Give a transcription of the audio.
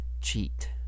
cheat